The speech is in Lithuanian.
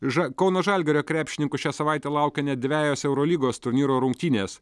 ža kauno žalgirio krepšininkų šią savaitę laukia net dvejos eurolygos turnyro rungtynės